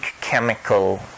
chemical